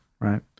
Right